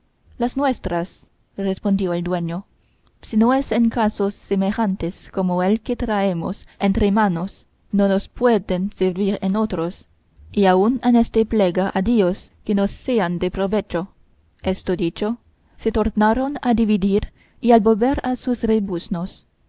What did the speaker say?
las nuestras respondió el dueño si no es en casos semejantes como el que traemos entre manos no nos pueden servir en otros y aun en éste plega a dios que nos sean de provecho esto dicho se tornaron a dividir y a volver a sus